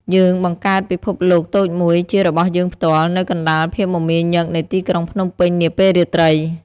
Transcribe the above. យើងបង្កើតពិភពលោកតូចមួយជារបស់យើងផ្ទាល់ នៅកណ្តាលភាពមមាញឹកនៃទីក្រុងភ្នំពេញនាពេលរាត្រី។